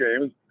games